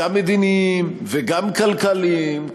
גם מדיניים וגם כלכליים,